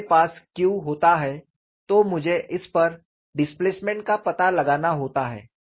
जब मेरे पास Q होता है तो मुझे इस पर डिस्प्लेसमेंट का पता लगाना होता है